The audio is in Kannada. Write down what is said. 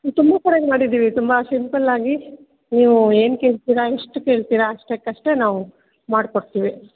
ತುಂಬ ಸರಿಯಾಗಿ ಮಾಡಿದೀವಿ ತುಂಬ ಸಿಂಪಲ್ಲಾಗಿ ನೀವೂ ಏನು ಕೇಳ್ತೀರ ಎಷ್ಟು ಕೇಳ್ತೀರ ಅಷ್ಟಕ್ಕಷ್ಟೆ ನಾವು ಮಾಡ್ಕೊಡ್ತೀವಿ